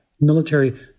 military